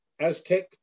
Aztec